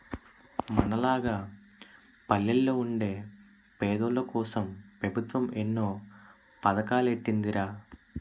మనలాగ పల్లెల్లో వుండే పేదోల్లకోసం పెబుత్వం ఎన్నో పదకాలెట్టీందిరా